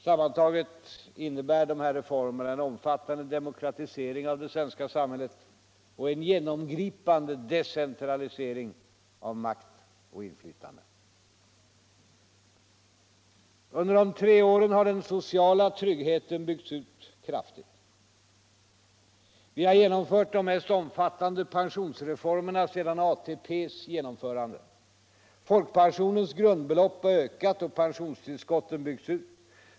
Sammantaget innebär dessa reformer en omfattande demokratisering av det svenska samhället och en genomgripande decentralisering av makt och inflytande. Under de tre åren har den sociala tryggheten byggts ut kraftigt. Vi har genomfört de mest omfattande pensionsreformerna sedan ATP:s genomförande. Folkpensionens grundbelopp har ökat och pensionstillskotten byggts ut.